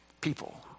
people